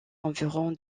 environ